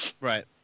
Right